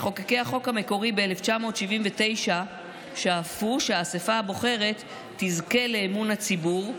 מחוקקי החוק המקורי ב-1979 שאפו שהאספה הבוחרת תזכה לאמון הציבור,